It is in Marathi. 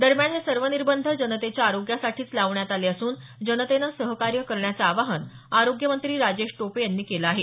दरम्यान हे सर्व निर्बंध जनतेच्या आरोग्यासाठीच लावण्यात आले असून जनतेनं सहकार्य करण्याचं आवाहन आरोग्य मंत्री राजेश टोपे यांनी केलं आहे